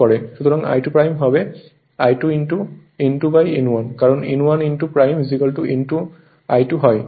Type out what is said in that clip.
সুতরাং I2 হবে I2 N2N1 কারণ N1 I2 N2 I2 হয়